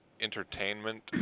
entertainment